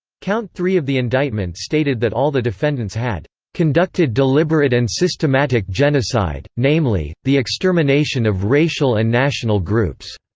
count three of the indictment stated that all the defendants had conducted deliberate and systematic genocide namely, the extermination of racial and national groups.